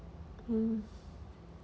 mm